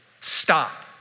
stop